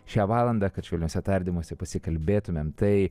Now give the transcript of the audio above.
šią valandą kad švelniuose tardymuose pasikalbėtumėm tai